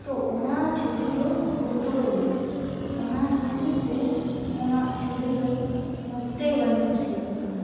ᱛᱳ ᱚᱱᱟ ᱪᱷᱩᱨᱤ ᱫᱚ ᱵᱷᱩᱛᱽᱩ ᱜᱮᱭᱟ ᱚᱱᱟ ᱠᱷᱟᱹᱛᱤᱨ ᱛᱮ ᱚᱱᱟ ᱪᱷᱩᱨᱤ ᱫᱚ ᱢᱳᱴᱮᱭ ᱵᱟᱹᱧ ᱠᱩᱥᱤᱭᱟᱜ ᱠᱟᱱᱟ